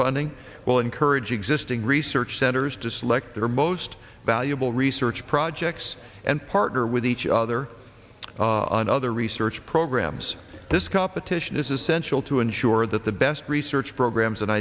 funding will encourage existing research centers to select their most valuable research projects and partner with each other on other research programmes this competition is essential to ensure that the best research programmes and